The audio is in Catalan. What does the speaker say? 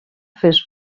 fes